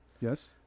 Yes